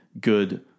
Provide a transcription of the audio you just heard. good